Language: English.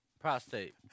Prostate